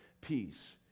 Peace